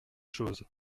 chose